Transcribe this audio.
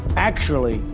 actually,